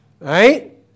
Right